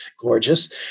gorgeous